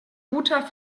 guter